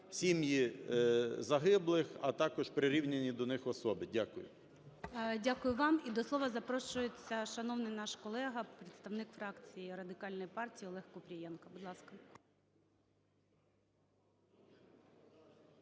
сім'ї загиблих, а також прирівняні до них особи. Дякую. ГОЛОВУЮЧИЙ. Дякую вам. І до слова запрошується шановний наш колега, представник фракції Радикальної партії Олег Купрієнко. Будь ласка.